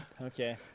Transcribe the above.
Okay